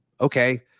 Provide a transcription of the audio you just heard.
okay